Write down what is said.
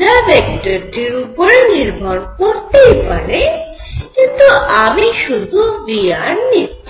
যা ভেক্টরটির উপরে নির্ভর করতেই পারে কিন্তু আমি শুধু V নিচ্ছি